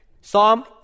Psalm